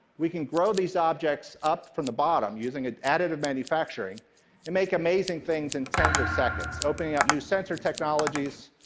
we can grow these objects up from the bottom using additive manufacturing and make amazing things in tens of seconds, opening up new sensor technologies,